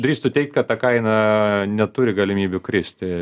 drįstu teigt kad ta kaina neturi galimybių kristi